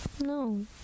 No